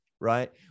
right